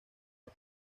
los